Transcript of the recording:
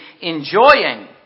enjoying